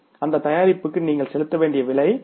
அந்த தயாரிப்புக்கு நீங்கள் செலுத்த வேண்டிய விலை 2